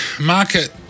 market